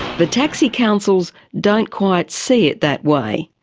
the taxi councils don't quite see it that way.